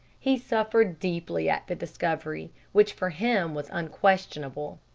he suffered deeply at the discovery, which for him was unquestionable.